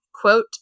Quote